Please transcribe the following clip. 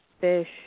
fish